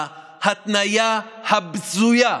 ההתניה הבזויה,